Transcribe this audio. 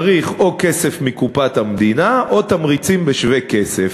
צריך או כסף מקופת המדינה או תמריצים בשווה-כסף.